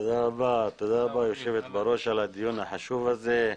תודה רבה על הדיון החשוב הזה,